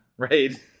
Right